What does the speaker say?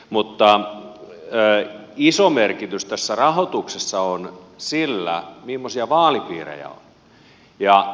mutta iso merkitys tässä rahoituksessa on sillä mimmoisia vaalipiirejä on